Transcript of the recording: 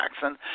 Jackson